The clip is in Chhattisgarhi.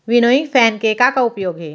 विनोइंग फैन के का का उपयोग हे?